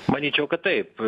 manyčiau kad taip